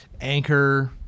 Anchor